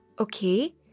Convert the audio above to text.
Okay